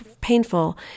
painful